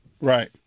right